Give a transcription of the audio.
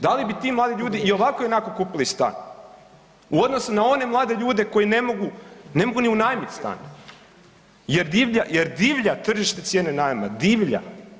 Da li bi ti mladi ljudi i ovako i onako kupili stan u odnosu na one mlade ljude koji ne mogu ni unajmiti stan jer divlja tržište cijene najma, divlja.